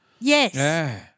Yes